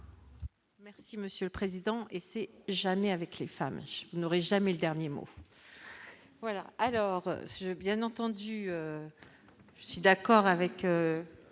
Merci Monsieur le Président et s'est jamais avec les femmes n'aurait jamais le dernier mot,